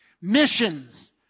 missions